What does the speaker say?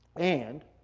and